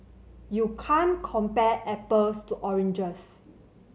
you can't compare apples to oranges